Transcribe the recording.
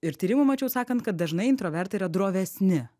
ir tyrimų mačiau sakant kad dažnai intravertai yra drovesni